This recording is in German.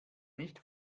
nicht